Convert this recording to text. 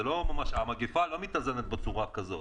המגפה לא מתאזנת בצורה כזו.